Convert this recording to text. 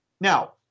Now